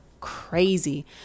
crazy